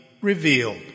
revealed